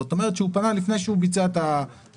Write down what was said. זאת אומרת שהוא פנה לפני שהוא ביצע את התכנית,